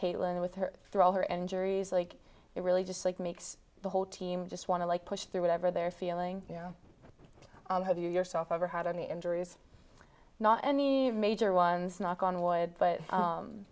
caitlin with her through all her injuries like it really just like makes the whole team just want to like push through whatever they're feeling you know have you yourself ever had on the injuries not any major ones knock on wood